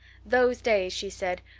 those days, she said,